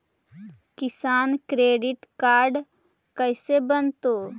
किसान credit card कैसे बनतै?